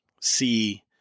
see